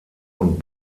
und